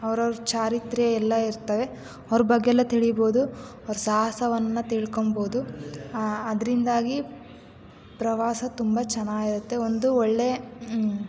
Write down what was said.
ಅವರವ್ರ ಚರಿತ್ರೆ ಎಲ್ಲ ಇರ್ತವೆ ಅವರ ಬಗ್ಗೆ ಎಲ್ಲ ತಿಳಿಬೋದು ಅವರ ಸಾಹಸವನ್ನು ತಿಳ್ಕೋಬೋದು ಆದ್ರಿಂದಾಗಿ ಪ್ರವಾಸ ತುಂಬ ಚೆನ್ನಾಗಿರುತ್ತೆ ಒಂದು ಒಳ್ಳೆಯ